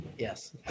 Yes